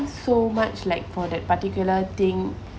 so much like for that particular thing